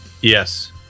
Yes